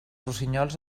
rossinyols